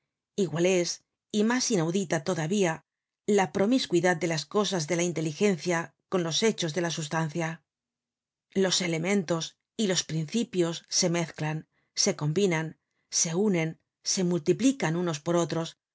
igual es y mas inaudita todavía la promiscuidad de las cosas de la inteligencia con los hechos de la sustancia los elementos y los principios se mezclan se combinan se unen se multiplican unos por otros